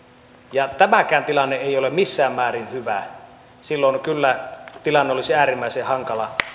tämäkään tilanne ei ole missään määrin hyvä silloin kyllä tilanne olisi äärimmäisen hankala